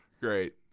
Great